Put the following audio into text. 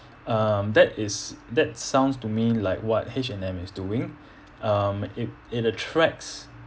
um that is that sounds to me like what h and m is doing um it it attracts